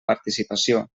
participació